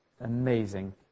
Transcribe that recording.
amazing